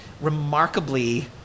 remarkably